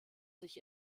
sich